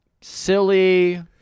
Silly